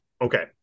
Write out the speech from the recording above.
Okay